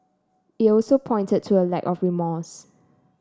it also pointed to a lack of remorse